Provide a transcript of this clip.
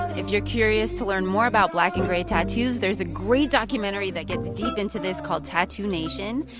if you're curious to learn more about black and gray tattoos, there's a great documentary that gets deep into this called tattoo nation.